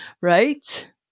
Right